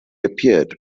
appeared